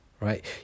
right